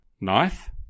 knife